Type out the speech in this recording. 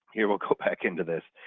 here we'll go back into this.